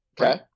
Okay